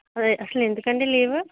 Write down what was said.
అసలెందుకండీ leave